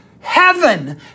Heaven